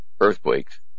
earthquakes